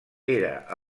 era